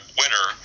winner